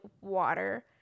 water